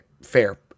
fair